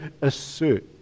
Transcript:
assert